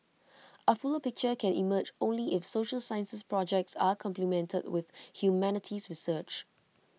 A fuller picture can emerge only if social sciences projects are complemented with humanities research